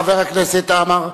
חבר הכנסת עמאר,